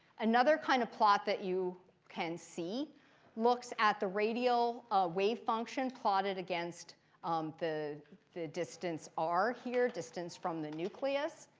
another kind of plot that you can see looks at the radial wave function plotted against um the the distance r here, distance from the nucleus.